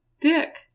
Dick